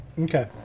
Okay